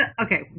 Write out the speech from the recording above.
okay